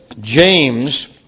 James